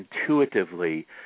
intuitively